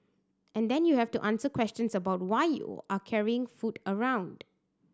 and then you have to answer questions about why you are carrying food around